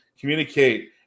communicate